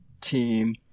team